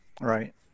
Right